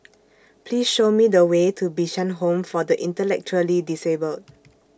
Please Show Me The Way to Bishan Home For The Intellectually Disabled